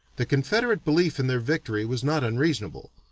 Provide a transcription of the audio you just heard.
the confederate belief in their victory was not unreasonable,